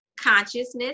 consciousness